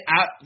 out